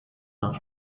nach